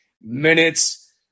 minutes